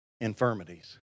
infirmities